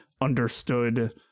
understood